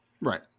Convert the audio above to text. Right